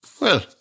Well